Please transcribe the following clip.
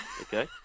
okay